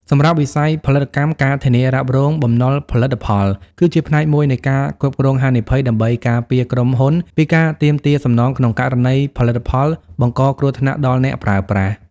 សម្រាប់វិស័យផលិតកម្ម ការធានារ៉ាប់រង បំណុលផលិតផល គឺជាផ្នែកមួយនៃ ការគ្រប់គ្រងហានិភ័យ ដើម្បីការពារក្រុមហ៊ុនពីការទាមទារសំណងក្នុងករណីផលិតផលបង្កគ្រោះថ្នាក់ដល់អ្នកប្រើប្រាស់។